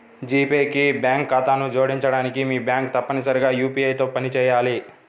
G pay కి bank ఖాతాను జోడించడానికి, మీ బ్యాంక్ తప్పనిసరిగా యూ.పీ.ఐ తో పనిచేయాలి